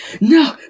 no